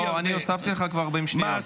לא, כבר הוספתי לך 40 שניות.